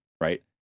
right